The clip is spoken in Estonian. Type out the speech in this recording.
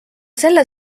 selle